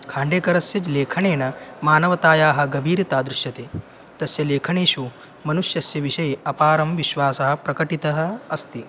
खाण्डेकरस्य लेखनेन मानवतायाः गभीरता दृश्यते तस्य लेखनेषु मनुष्यस्य विषये अपारं विश्वासः प्रकटितः अस्ति